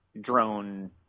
drone